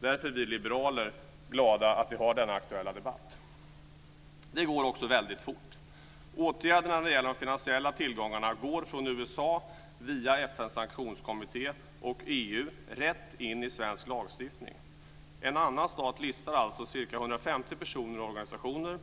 Därför är vi liberaler glada att vi har denna aktuella debatt. Det går också väldigt fort. Åtgärderna när det gäller de finansiella tillgångarna går från USA via FN:s sanktionskommitté och EU rätt in i svensk lagstiftning. En annan stat listar alltså ca 150 personer och organisationer.